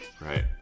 Right